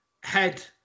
head